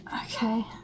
Okay